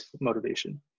motivation